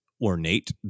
ornate